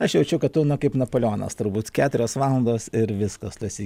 aš jaučiu kad tu kaip napoleonas turbūt keturios valandos ir viskas tu esi